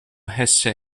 hesse